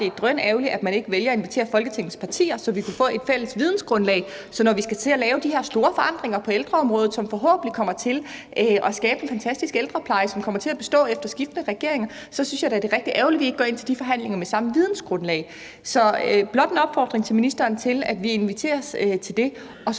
er drønærgerligt, at man ikke vælger at invitere Folketingets partier, så vi kunne få et fælles vidensgrundlag. Når vi skal til at lave de her store forandringer på ældreområdet, som forhåbentlig kommer til at skabe en fantastisk ældrepleje, som kommer til at bestå under skiftende regeringer, så synes jeg da, det er rigtig ærgerligt, at vi ikke går ind til de forhandlinger med samme vidensgrundlag. Så det her er blot en opfordring til ministeren om, at vi inviteres til det, og så